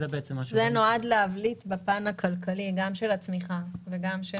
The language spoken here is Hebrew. זה נועד להבליט בפן הכלכלי גם של הצמיחה וגם של